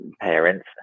parents